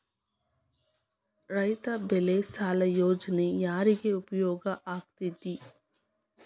ರೈತ ಬೆಳೆ ಸಾಲ ಯೋಜನೆ ಯಾರಿಗೆ ಉಪಯೋಗ ಆಕ್ಕೆತಿ?